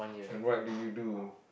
and what do you do